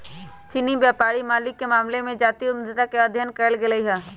चीनी व्यापारी मालिके मामले में जातीय उद्यमिता के अध्ययन कएल गेल हइ